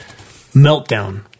Meltdown